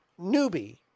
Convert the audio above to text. Newbie